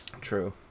True